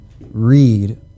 read